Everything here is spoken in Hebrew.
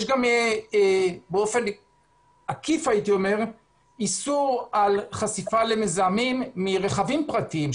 יש גם באופן עקיף איסור על חשיפה למזהמים מרכבים פרטיים.